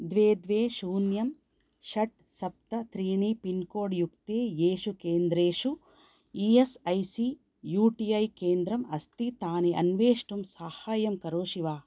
द्वे द्वे शून्यं षट् सप्त त्रीणि पिन्कोड् युक्ते येषु केन्द्रेषु E S I C U T I केन्द्रम् अस्ति तानि अन्वेष्टुं साहाय्यं करोषि वा